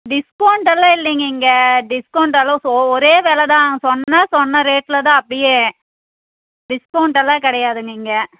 டிஸ்கவுண்ட்டெல்லாம் இல்லீங்க இங்கே டிஸ்கவுண்ட் அளவு ஒரே வில தான் சொன்னால் சொன்ன ரேட்டில் தான் அப்படியே டிஸ்கவுண்ட்டெல்லாம் கிடையாதுங்க இங்கே